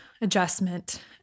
adjustment